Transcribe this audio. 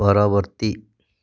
ପରବର୍ତ୍ତୀ